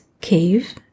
cave